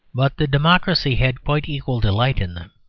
but the democracy had quite equal delight in them.